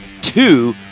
two